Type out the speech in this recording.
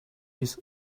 his